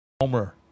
homer